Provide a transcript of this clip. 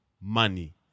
money